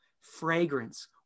fragrance